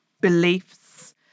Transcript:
beliefs